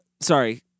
sorry